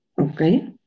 Okay